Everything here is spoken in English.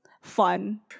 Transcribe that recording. Fun